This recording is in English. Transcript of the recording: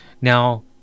now